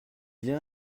bien